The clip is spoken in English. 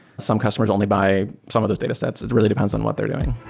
some customers only buy some of those datasets. it really depends on what they're doing